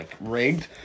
rigged